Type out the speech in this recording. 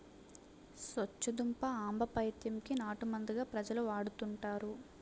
సొచ్చుదుంప ఆంబపైత్యం కి నాటుమందుగా ప్రజలు వాడుతుంటారు